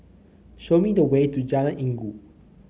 show me the way to Jalan Inggu